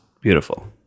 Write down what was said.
beautiful